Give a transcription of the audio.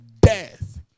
death